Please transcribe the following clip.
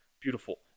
Beautiful